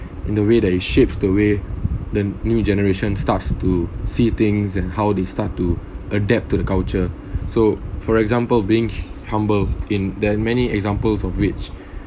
in the way that it shaped the way then new generation starts to see things and how they start to adapt to the culture so for example being humble in there are many examples of which